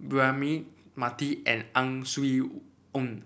Braema Mathi and Ang Swee Aun